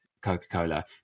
Coca-Cola